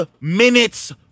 minutes